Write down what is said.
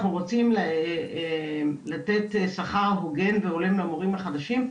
אנחנו רוצים לתת שכר הוגן והולם למורים החדשים,